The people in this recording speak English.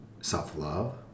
self-love